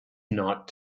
not